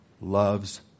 loves